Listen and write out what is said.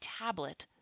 tablet